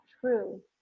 true